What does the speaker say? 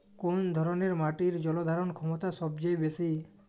কোন ধরণের মাটির জল ধারণ ক্ষমতা সবচেয়ে বেশি?